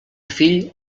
fill